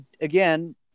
again